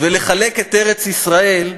ולחלק את ארץ-ישראל,